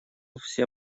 все